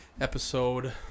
episode